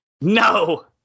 No